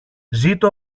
ζήτω